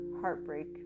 heartbreak